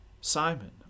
Simon